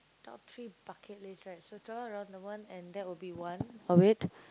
top three bucket list right so travel around the world and that will be one of it